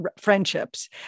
friendships